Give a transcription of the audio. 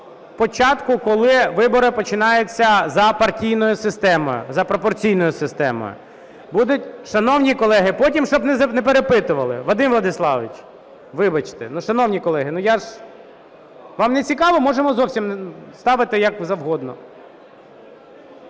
початку, коли вибори починаються за партійною системою, за пропорційною системою. Шановні колеги, потім щоб не перепитували. Вадиме Владиславовичу, вибачте. Шановні колеги, я ж… Вам нецікаво, можемо зовсім ставити як завгодно.